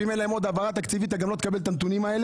ואם אין להם עוד העברה תקציבית אתה גם לא תקבל את הנתונים האלה,